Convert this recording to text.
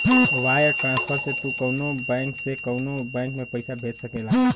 wire transfer से तू कउनो बैंक से कउनो बैंक में पइसा भेज सकेला